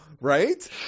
right